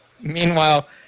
Meanwhile